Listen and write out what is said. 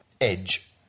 edge